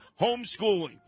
homeschooling